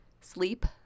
sleep